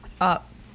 up